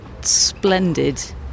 splendid